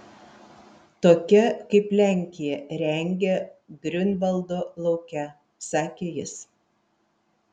tokia kaip lenkija rengia griunvaldo lauke sakė jis